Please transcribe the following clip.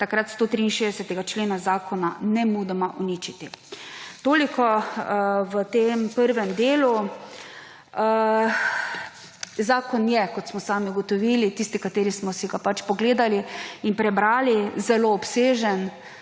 takrat 163. člena zakona nemudoma uničiti. Toliko v tem prvem delu. Zakon je, kot smo sami ugotovili, tisti, ki smo si ga pogledali in prebrali, zelo obsežen,